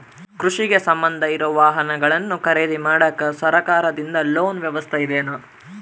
ಕೃಷಿಗೆ ಸಂಬಂಧ ಇರೊ ವಾಹನಗಳನ್ನು ಖರೇದಿ ಮಾಡಾಕ ಸರಕಾರದಿಂದ ಲೋನ್ ವ್ಯವಸ್ಥೆ ಇದೆನಾ?